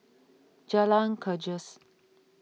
Jalan Gajus